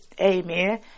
Amen